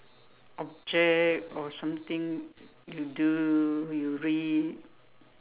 object or something you do you read